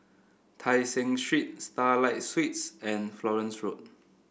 Tai Seng Street Starlight Suites and Florence Road